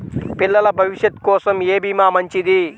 పిల్లల భవిష్యత్ కోసం ఏ భీమా మంచిది?